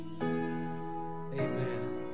Amen